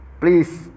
please